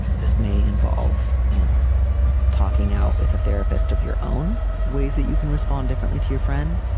this may involve you know talking out with a therapist of your own ways that you can respond differently to your friend.